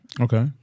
Okay